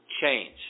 change